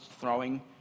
throwing